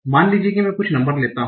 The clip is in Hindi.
मान लीजिए मैं कुछ नंबर लेता हूं